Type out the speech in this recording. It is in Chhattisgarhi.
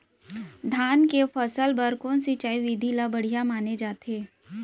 धान के फसल बर कोन सिंचाई विधि ला बढ़िया माने जाथे?